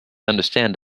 understand